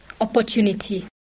opportunity